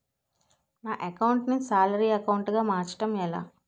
నా అకౌంట్ ను salary account గా మార్చటం ఎలా?